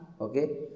Okay